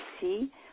see